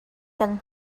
kaan